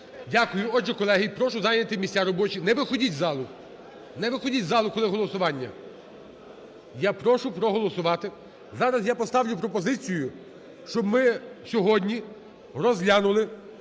Дякую. Отже, колеги, прошу зайняти місця робочі. Не виходіть із залу. Не виходіть із залу, коли голосування. Я прошу проголосувати… Зараз я поставлю пропозицію, щоб ми сьогодні розглянули